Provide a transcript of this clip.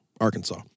Arkansas